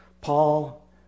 Paul